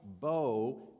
bow